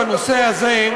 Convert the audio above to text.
בנושא הזה,